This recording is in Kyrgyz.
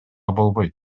болбойт